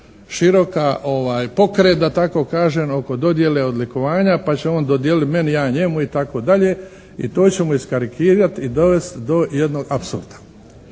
širok pokret da tako kažem oko dodjele odlikovanja pa će on dodijelit meni, ja njemu i tako dalje i to ćemo iskarikirat i dovest do jednog apsurda.